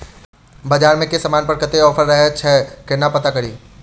बजार मे केँ समान पर कत्ते ऑफर रहय छै केना पत्ता कड़ी?